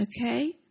Okay